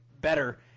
better